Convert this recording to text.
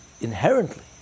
inherently